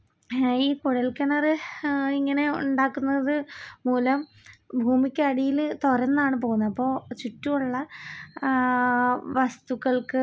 അപ്പം അതൊക്കെ വായിക്കാനും കേൾക്കാനും ഭയങ്കര കൗതുകമാണ് കാരണം നമ്മൾ ഇതുവരെ കേൾക്കാത്ത തരത്തിലുള്ള കുറ്റകൃത്യങ്ങളാണ് പുതിയത് ഓരോ ദിവസം ചെല്ലും തോറും നടന്നോണ്ടിരിക്കുന്നത് കുട്ടികൾക്ക് എതിരായിട്ടുള്ളത് സ്ത്രീകൾക്ക് എതിരായിട്ടുള്ളത്